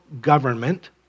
government